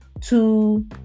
two